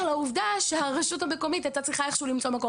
לעובדה שהרשות המקומית הייתה צריכה איכשהו למצוא מקור